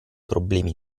problemi